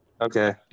Okay